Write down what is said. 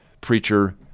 preacher